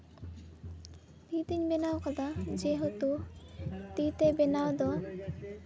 ᱛᱤ ᱛᱤᱧ ᱵᱮᱱᱟᱣ ᱠᱟᱫᱟ ᱡᱮᱦᱮᱛᱩ ᱛᱤ ᱛᱮ ᱵᱮᱱᱟᱣ ᱫᱚ